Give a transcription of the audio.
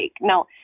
Now